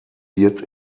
wird